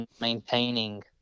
maintaining